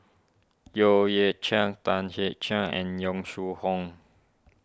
Yeo Yeah Chye Tan Hit Chye and Yong Shu Hoong